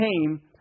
came